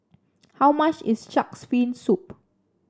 how much is shark's fin soup